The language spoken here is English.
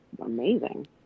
amazing